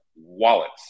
wallets